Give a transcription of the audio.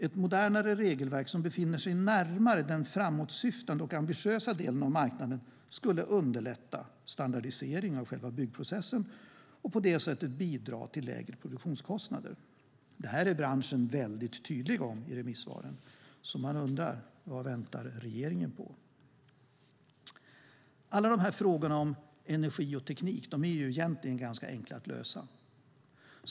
Ett modernare regelverk som befinner sig närmare den framåtsyftande och ambitiösa delen av marknaden skulle underlätta standardisering av själva byggprocessen och på det sättet bidra till lägre produktionskostnader. Det är branschen väldigt tydlig med i remissvaren, så man undrar vad regeringen väntar på. Alla de här frågorna om energi och teknik är egentligen ganska enkla att lösa.